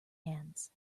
hands